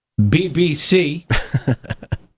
BBC